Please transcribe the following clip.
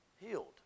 healed